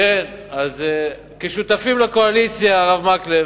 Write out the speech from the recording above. כשותפים לקואליציה, הרב מקלב,